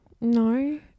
no